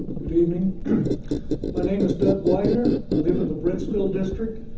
good i mean my name is doug wyder, i live in the brentsville district,